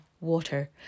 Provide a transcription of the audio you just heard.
water